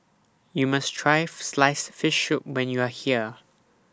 YOU must Try Sliced Fish Soup when YOU Are here